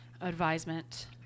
advisement